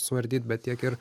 suardyt bet tiek ir